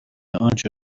آنچه